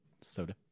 Soda